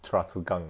choa chu kang